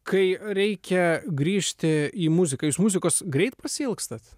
kai reikia grįžti į muziką jūs muzikos greit pasiilgstat